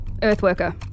Earthworker